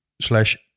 slash